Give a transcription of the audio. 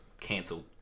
cancelled